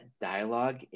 dialogue